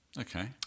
Okay